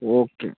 okay